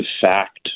fact